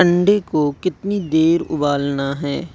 انڈے کو کتنی دیر ابالنا ہے